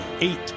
Eight